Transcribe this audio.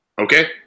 okay